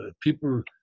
People